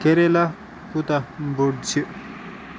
کریلا کوٗتاہ بوٚڈ چھُ